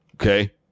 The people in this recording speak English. Okay